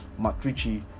Matrici